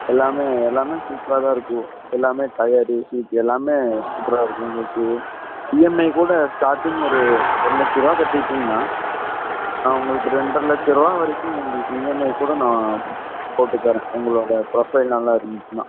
எல்லாமே எல்லாமே சூப்பராக தான் இருக்கும் எல்லாமே டயரு சீட் எல்லாமே சூப்பராக இருக்கும் உங்களுக்கு இஎம்ஐ கூட ஸ்டார்டிங் ஒரு ஒரு லட்சரூபா கட்டிட்டீங்கன்னால் நான் உங்களுக்கு ரெண்டரை லட்சரூபா வரைக்கும் உங்களுக்கு இஎம்ஐ கூட நான் போட்டுத்தரேன் உங்களோடய ப்ரொஃபைல் நல்லா இருந்துச்சுன்னால்